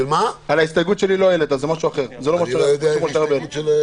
זה לא של משה ארבל.